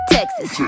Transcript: Texas